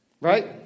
Right